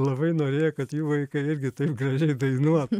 labai norėjo kad jų vaikai irgi taip gražiai dainuotų